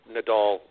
Nadal